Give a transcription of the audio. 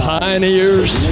pioneers